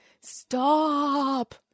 stop